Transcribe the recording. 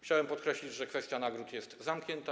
Chciałbym podkreślić, że kwestia nagród jest zamknięta.